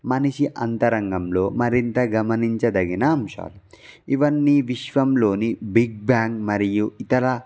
మనిషి అంతరంగంలో మరింత గమనించదగిన అంశాలు ఇవన్నీ విశ్వంలోని బిగ్ బ్యాంగ్ మరియు ఇతర